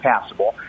passable